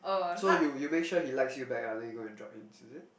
so you you make sure he likes you back lah then you go and drop hints is it